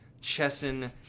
Chesson